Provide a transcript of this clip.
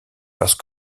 parce